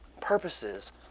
Purposes